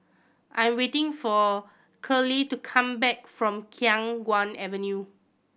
I am waiting for Keeley to come back from Khiang Guan Avenue